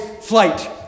flight